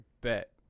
bet